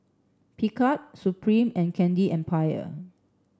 Picard Supreme and Candy Empire